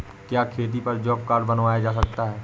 क्या खेती पर जॉब कार्ड बनवाया जा सकता है?